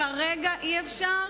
כרגע אי-אפשר,